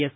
S